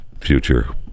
future